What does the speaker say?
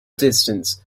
distance